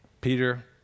Peter